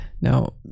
now